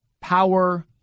power